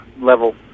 level